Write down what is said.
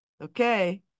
Okay